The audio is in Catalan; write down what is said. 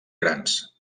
grans